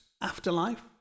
afterlife